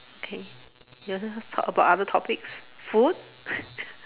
okay you want to talk about other topics food